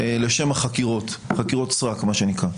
לשם החקירות, חקירות סרק מה שנקרא.